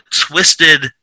twisted